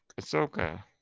Ahsoka